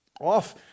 off